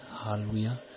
Hallelujah